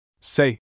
Say